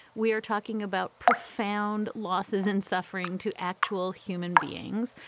we are talking about profound losses and suffering to actual human beings.